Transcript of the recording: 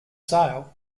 sale